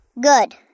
Good